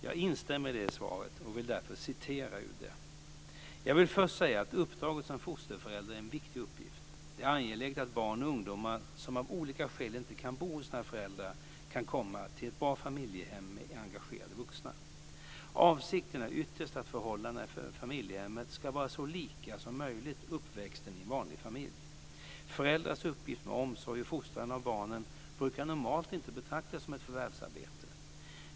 Jag instämmer i det svaret och vill därför citera ur det: "Jag vill först säga att uppdraget som fosterförälder är en viktig uppgift. Det är angeläget att barn och ungdomar som av olika skäl inte kan bo hos sina föräldrar kan få komma till bra familjehem med engagerade vuxna. Avsikten är ytterst att förhållandena i familjehemmet ska vara så lika som möjligt uppväxten i en vanlig familj. Föräldrars uppgift med omsorg och fostran av barnen brukar normalt inte betraktas som ett förvärvsarbete.